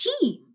team